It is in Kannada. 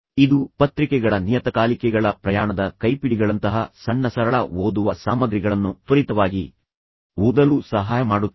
ಇದು ಪತ್ರಿಕೆಗಳ ನಿಯತಕಾಲಿಕೆಗಳ ಪ್ರಯಾಣದ ಕೈಪಿಡಿಗಳಂತಹ ಸಣ್ಣ ಸರಳ ಓದುವ ಸಾಮಗ್ರಿಗಳನ್ನು ತ್ವರಿತವಾಗಿ ಓದಲು ಸಹಾಯ ಮಾಡುತ್ತದೆ